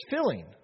filling